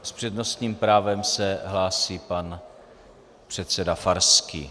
S přednostním právem se hlásí pan předseda Farský.